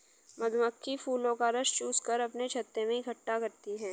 मधुमक्खी फूलों का रस चूस कर अपने छत्ते में इकट्ठा करती हैं